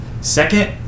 Second